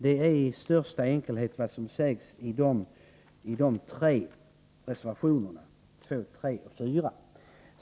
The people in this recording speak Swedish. Det är i största enkelhet vad som sägs i reservationerna 2, 3 och 4.